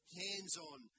hands-on